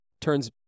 turns